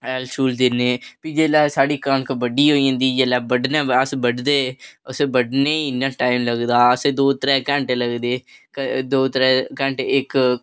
उत्थै हैल छूल दिन्नें फ्ही जेल्लै साढ़ी कनक बड्डी होई जंदी जेल्लै बड्ढनें दे बाद अस बढदे असें बड्ढनें ई इन्ना टाइम लगदा असें दो त्रैऽ घंटे लगदे दो त्रैऽ घंटे इक